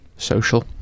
social